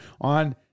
on